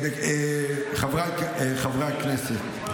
חברי הכנסת,